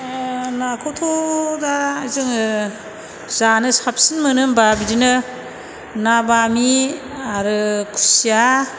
नाखौथ' दा जोङो जानो साबसिन मोनो होनबा बिदिनो ना बामि आरो खुसिया